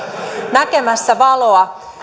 näkemässä valoa